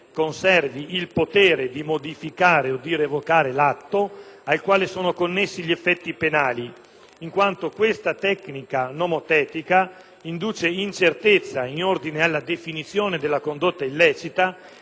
conservi il potere di modificare o di revocare l'atto al quale sono connessi gli effetti penali, in quanto tale tecnica nomotetica induce incertezza in ordine alla definizione della condotta illecita